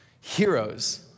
heroes